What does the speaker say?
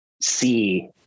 see